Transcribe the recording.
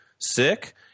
sick